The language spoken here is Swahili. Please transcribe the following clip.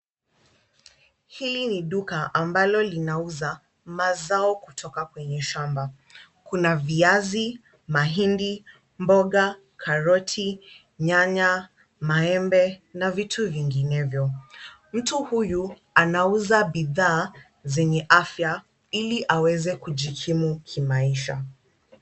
Hili ni duka ambalo linauza mazao kutoka kwenye shamba. Kuna viazi, mahindi, mboga, karoti, nyanya, maembe na vitu vinginevyo. Mtu huyu anauza bidhaa zenye afyaili aweze kujikimu kimaisha.